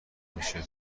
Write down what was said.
میشه